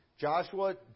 Joshua